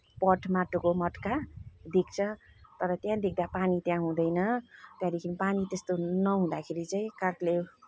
पट माटोको मट्का देख्छ तर त्यहाँ देख्दा पानी त्यहाँ हुँदैन त्यहाँदेखि पानी त्यसमा नहुँदाखेरि चाहिँ कागले